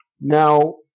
Now